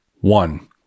One